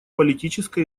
политической